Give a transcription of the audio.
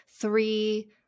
three